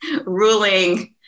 ruling